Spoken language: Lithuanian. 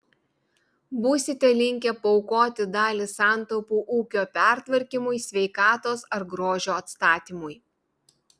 būsite linkę paaukoti dalį santaupų ūkio pertvarkymui sveikatos ar grožio atstatymui